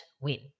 win